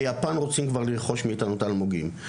ביפן רוצים כבר לרכוש מאתנו את האלמוגים.